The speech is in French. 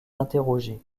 interroger